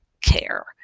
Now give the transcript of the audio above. care